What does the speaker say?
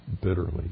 bitterly